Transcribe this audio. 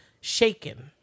shaken